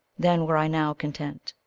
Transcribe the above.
then were i now content,